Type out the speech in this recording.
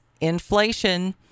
inflation